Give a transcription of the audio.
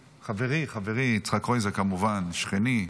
חברי, חברי יצחק קרויזר, כמובן, שכני.